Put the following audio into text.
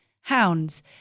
hounds